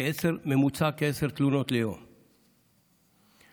כעשר תלונות ליום בממוצע,